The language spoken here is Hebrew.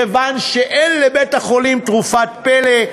מכיוון שאין לבית-החולים תרופת פלא,